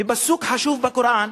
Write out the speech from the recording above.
בפסוק חשוב בקוראן,